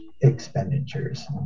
expenditures